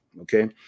Okay